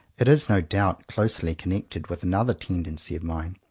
it is no doubt closely connected with another tendency of mine,